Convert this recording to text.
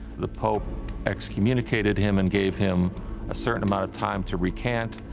the pope ex-communicated him and gave him a certain amount of time to recant.